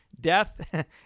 death